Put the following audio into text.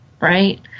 right